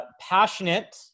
passionate